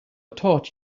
taught